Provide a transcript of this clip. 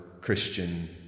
Christian